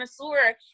connoisseur